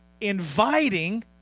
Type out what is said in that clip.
inviting